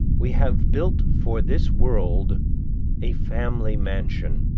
we have built for this world a family mansion,